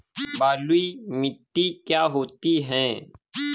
बलुइ मिट्टी क्या होती हैं?